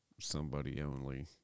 somebody-only